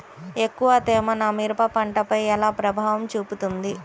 ఎక్కువ తేమ నా మిరప పంటపై ఎలా ప్రభావం చూపుతుంది?